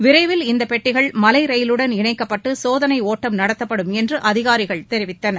விரைவில் இந்த பெட்டிகள் மலை ரயிலுடன் இணைக்கப்பட்டு சோதனை ஒட்டம் நடத்தப்படும் என்று அதிகாரிகள் தெரிவித்தனர்